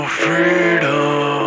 freedom